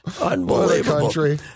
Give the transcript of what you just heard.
Unbelievable